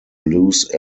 loose